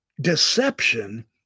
deception